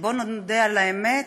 שבואו נודה על האמת,